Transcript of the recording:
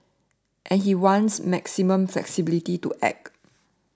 and he wants maximum flexibility to act